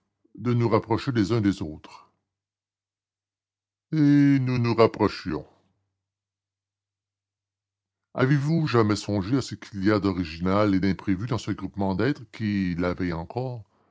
de nous rapprocher les uns des autres et nous nous rapprochions avez-vous jamais songé à ce qu'il y a d'original et d'imprévu dans ce groupement d'êtres qui la veille encore